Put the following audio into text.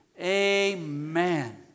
Amen